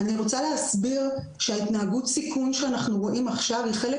אני רוצה להסביר שההתנהגות סיכון שאנחנו רואים עכשיו היא חלק